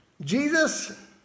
Jesus